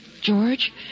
George